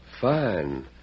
Fine